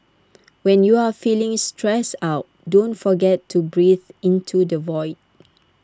when you are feeling stressed out don't forget to breathe into the void